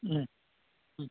ம் ம்